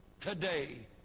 today